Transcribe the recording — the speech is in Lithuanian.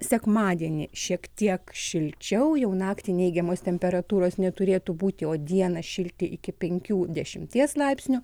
sekmadienį šiek tiek šilčiau jau naktį neigiamos temperatūros neturėtų būti o dieną šilti iki penkių dešimies laipsnių